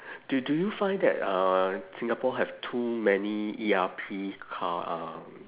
do do you find that uh singapore have too many E_R_P car um